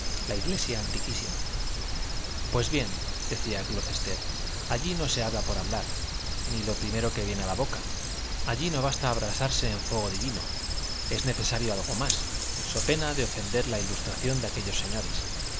la iglesia antiquísima pues bien decía glocester allí no se habla por hablar ni lo primero que viene a la boca allí no basta abrasarse en fuego divino es necesario algo más so pena de ofender la ilustración de aquellos señores